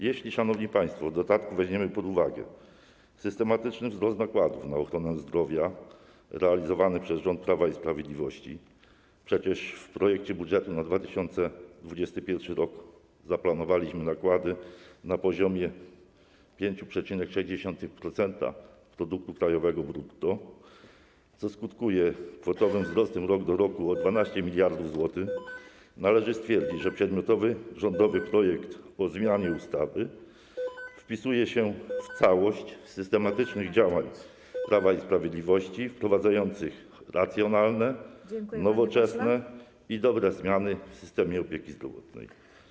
Jeśli, szanowni państwo, w dodatku weźmiemy pod uwagę systematyczny wzrost nakładów na ochronę zdrowia realizowany przez rząd Prawa i Sprawiedliwości - przecież w projekcie budżetu na 2021 r. zaplanowaliśmy nakłady na poziomie 5,3% produktu krajowego brutto, co skutkuje kwotowym wzrostem rok do roku o 12 mld zł - to należy stwierdzić, że przedmiotowy rządowy projekt ustawy wpisuje się w całość systematycznych działań Prawa i Sprawiedliwości wprowadzających racjonalne, nowoczesne i dobre zmiany w systemie opieki zdrowotnej.